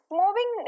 moving